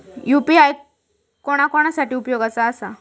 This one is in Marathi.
यू.पी.आय कोणा कोणा साठी उपयोगाचा आसा?